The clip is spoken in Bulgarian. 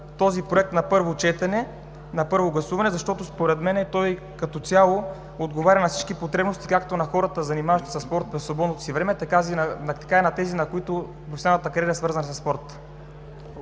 този Проект на първо гласуване, защото според мен той като цяло отговаря на всички потребности както на хората, занимаващи се със спорт в свободното си време, така и на тези, на които мечтаната кариера е свързана със спорт.